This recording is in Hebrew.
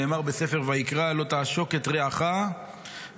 נאמר בספר ויקרא: "לא תעשֹק את רעך ולא